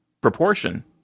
proportion